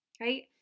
right